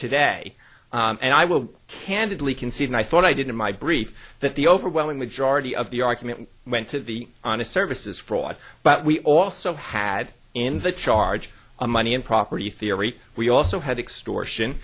today and i will candidly concede and i thought i did in my brief that the overwhelming majority of the argument went to the honest services fraud but we also had in the charge on money and property theory we also had extortion